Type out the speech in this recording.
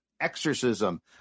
exorcism